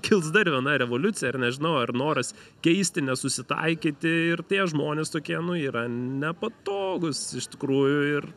kils dar viena revoliucija ar nežinau ar noras keisti nesusitaikyti ir tie žmonės tokie nu yra nepatogūs iš tikrųjų ir